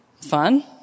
fun